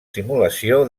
simulació